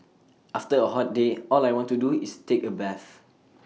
after A hot day all I want to do is take A bath